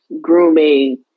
grooming